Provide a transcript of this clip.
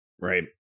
right